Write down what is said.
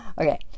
Okay